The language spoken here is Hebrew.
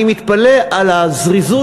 אני מתפלא על הזריזות,